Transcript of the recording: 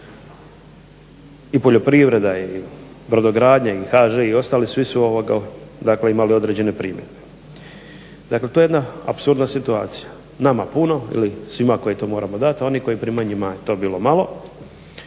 I poljoprivreda i brodogradnja i HŽ i ostali svi su imali određene primjedbe. Dakle to je jedna apsurdna situacija. Nama puno ili svima koji to moramo dati a oni koji to primaju njima je to bilo malo.